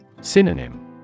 Synonym